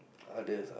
others ah